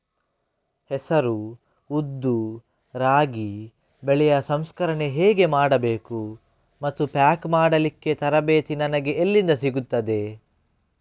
ಹೆಸರು, ಉದ್ದು, ರಾಗಿ ಬೆಳೆಯ ಸಂಸ್ಕರಣೆ ಹೇಗೆ ಮಾಡಬೇಕು ಮತ್ತು ಪ್ಯಾಕ್ ಮಾಡಲಿಕ್ಕೆ ತರಬೇತಿ ನನಗೆ ಎಲ್ಲಿಂದ ಸಿಗುತ್ತದೆ?